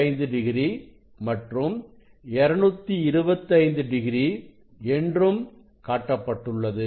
45 degree மற்றும் 225 degree என்றும் காட்டப்பட்டுள்ளது